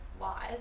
lies